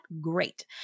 great